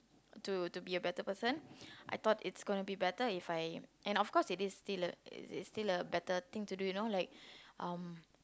to to be a better person I thought it's gonna be better If I and of course it is still a it's still a it's still a better thing to do you know like um